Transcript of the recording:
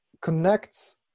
connects